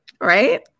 right